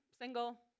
single